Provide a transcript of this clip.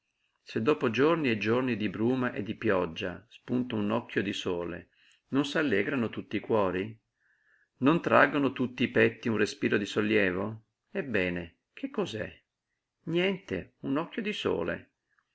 se dopo giorni e giorni di bruma e di pioggia spunta un occhio di sole non s'allegrano tutti i cuori non traggono tutti i petti un respiro di sollievo ebbene che cos'è niente un occhio di sole